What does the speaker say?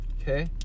okay